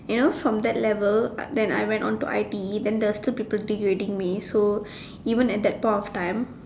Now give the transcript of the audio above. you know from that level then I went on to ITE then there were still people degrading me so even at that point of time